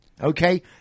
Okay